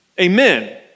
Amen